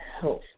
health